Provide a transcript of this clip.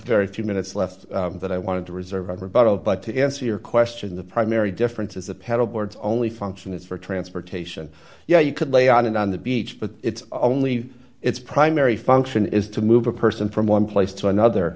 very few minutes left that i wanted to reserve on rebuttal but to answer your question the primary difference is the pedal boards only function is for transportation yeah you could lay on it on the beach but it's only its primary function is to move a person from one place to another